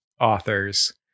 authors